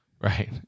Right